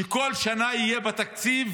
שכל שנה יהיה בתקציב